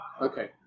okay